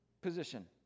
position